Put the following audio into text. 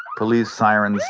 police sirens,